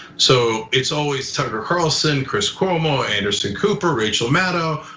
so it's always tucker carlson, chris cuomo, anderson cooper, rachel maddow.